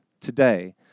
today